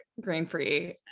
grain-free